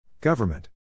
Government